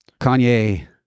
Kanye